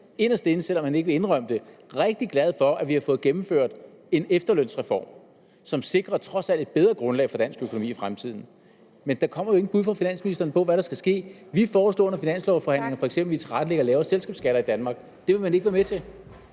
inderst inde, selv om han ikke vil indrømme det, rigtig glad for, at vi har fået gennemført en efterlønsreform, som trods alt sikrer et bedre grundlag for dansk økonomi i fremtiden. Men der kommer jo ikke et bud fra finansministeren på, hvad der skal ske. Vi foreslog under finanslovforhandlingerne f.eks. at tilrettelægge lavere selskabsskatter i Danmark. Det ville man ikke være med til.